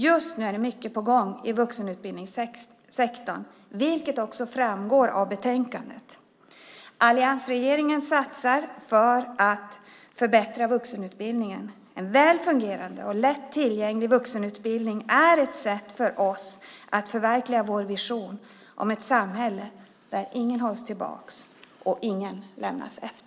Just nu är det mycket på gång i vuxenutbildningssektorn, vilket också framgår av betänkandet. Alliansregeringen satsar för att förbättra vuxenutbildningen. En väl fungerande och lätt tillgänglig vuxenutbildning är ett sätt för oss att förverkliga vår vision om ett samhälle där ingen hålls tillbaka och ingen lämnas efter.